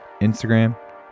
Instagram